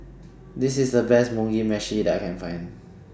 This IS The Best Mugi Meshi that I Can Find